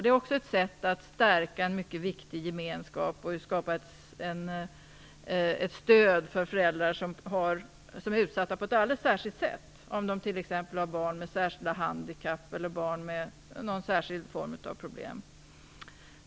Det är också ett sätt att stärka en mycket viktig gemenskap och skapa ett stöd för föräldrar som är utsatta på ett särskilt sätt, t.ex. har barn med särskilda handikapp eller särskilda former av problem.